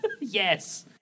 Yes